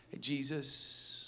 Jesus